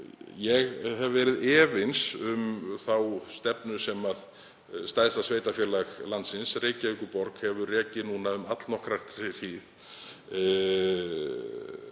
Ég hef verið efins um þá stefnu sem stærsta sveitarfélag landsins, Reykjavíkurborg, hefur rekið um allnokkra hríð